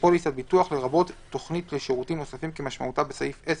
"פוליסת ביטוח" לרבות תכנית לשירותים נוספים כמשמעותה בסעיף 10